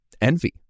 envy